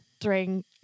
drink